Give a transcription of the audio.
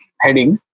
heading